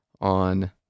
on